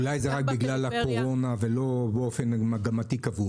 אולי זה רק בגלל הקורונה ולא באופן קבוע?